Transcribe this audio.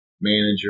manager